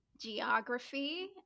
geography